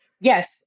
Yes